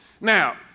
Now